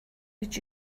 would